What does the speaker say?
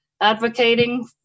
advocating